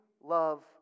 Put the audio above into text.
love